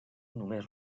només